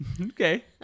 Okay